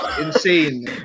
insane